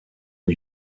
new